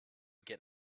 get